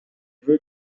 veux